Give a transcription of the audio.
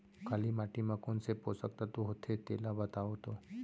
काली माटी म कोन से पोसक तत्व होथे तेला बताओ तो?